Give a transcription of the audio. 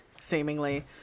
seemingly